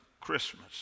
Christmas